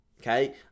okay